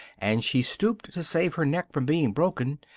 and she stooped to save her neck from being broken,